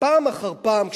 פעם אחר פעם,